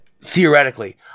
Theoretically